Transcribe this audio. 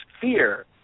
fear